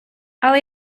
але